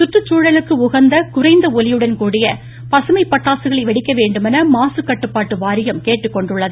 குற்றுச் சூழலுக்கு உகந்த குறைந்த ஒலியுடன் கூடிய பசுமை பட்டாசுகளை வெடிக்க வேண்டுமென மாசுக் கட்டுப்பாட்டு வாரியம் கேட்டுக் கொண்டுள்ளது